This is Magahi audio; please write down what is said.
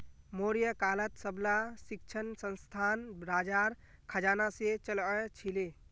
मौर्य कालत सबला शिक्षणसंस्थान राजार खजाना से चलअ छीले